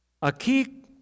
Aquí